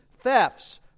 thefts